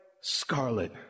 scarlet